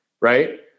right